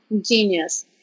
genius